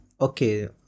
Okay